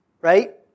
right